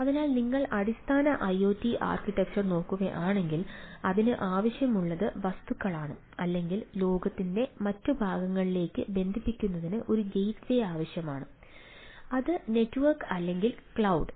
അതിനാൽ നിങ്ങൾ അടിസ്ഥാന ഐഒടി ആർക്കിടെക്ചർ നോക്കുകയാണെങ്കിൽ അതിന് ആവശ്യമുള്ളത് വസ്തുക്കളാണ് അല്ലെങ്കിൽ ലോകത്തിന്റെ മറ്റ് ഭാഗങ്ങളിലേക്ക് ബന്ധിപ്പിക്കുന്നതിന് ഒരു ഗേറ്റ്വേ ആവശ്യമാണ് അത് നെറ്റ്വർക്ക് അല്ലെങ്കിൽ ക്ലൌഡ്